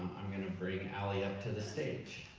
i'm gonna bring ali up to the stage.